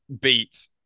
beat